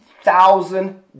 thousand